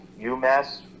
UMass